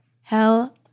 Hell